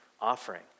offering